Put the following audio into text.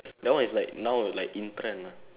that one is like now like in trend lah